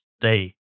stay